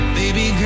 baby